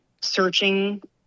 searching